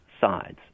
sides